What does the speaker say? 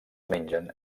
mengen